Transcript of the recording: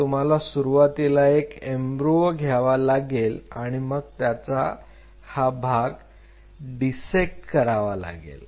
तुम्हाला सुरुवातीला एक एम्ब्रियो घ्यावा लागेल आणि मग त्याचा हा भाग डिसेक्ट करावा लागेल